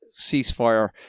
ceasefire